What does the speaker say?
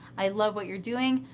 i love what you're doing,